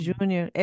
Junior